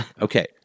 Okay